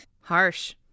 Harsh